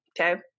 okay